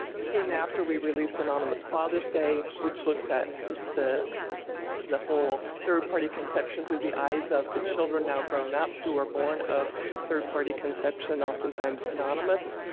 soon after we released anonymous father's day which looks at the the whole third-party conception through the eyes of the children now grown up who were born of third-party conception, oftentimes anonymous.